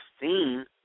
seen